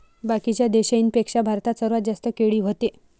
बाकीच्या देशाइंपेक्षा भारतात सर्वात जास्त केळी व्हते